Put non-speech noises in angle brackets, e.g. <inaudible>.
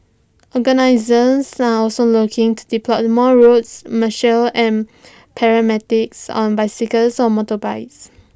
organisers are also looking to deploy more routes <unintelligible> and paramedics on bicycles or motorbikes